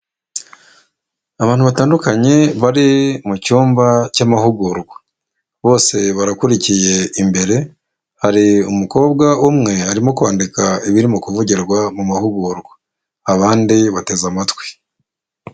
Abantu batandukanye bari mu cyumba cy'amahugurwa bose barakurikiye imbere hari umukobwa umwe arimo kwandika ibiri mu kuvugirwa mu mahugurwa abandi bateze amatwi.